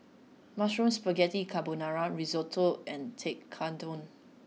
Mushroom Spaghetti Carbonara Risotto and Tekkadon